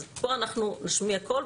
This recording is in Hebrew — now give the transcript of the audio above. אז פה אנחנו נשמיע קול,